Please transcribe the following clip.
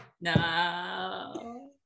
no